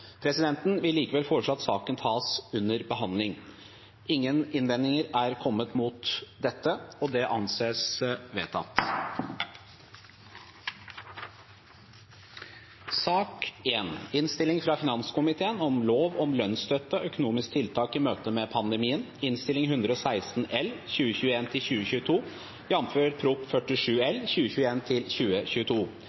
Presidenten vil likevel foreslå at sakene tas under behandling. Ingen innvendinger er kommet mot dette. – Det anses vedtatt. Etter ønske fra finanskomiteen vil presidenten ordne debatten slik: 3 minutter til